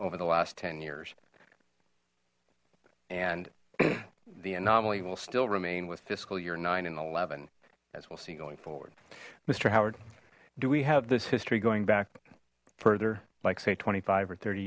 over the last ten years and the anomaly will still remain with fiscal year nine and eleven as we'll see going forward mister howard do we have this history going back further like say twenty five or thirty